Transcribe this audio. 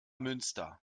münster